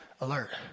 alert